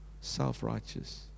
self-righteous